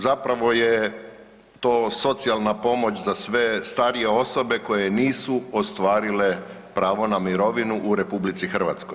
Zapravo je to socijalna pomoć za sve starije osobe koje nisu ostvarile pravo na mirovinu u RH.